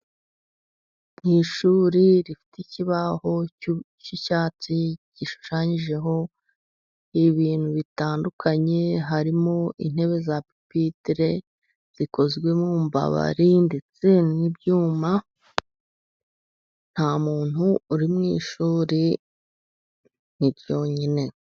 Mu ishuri rifite ikibaho cyicyatsi , gishushanyijeho ibintu bitandukanye harimo intebe za pipitire zikozwe mu mbabari , ndetse n'ibyuma . Nta muntu uri mu ishuri , ni ryonyine.